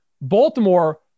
Baltimore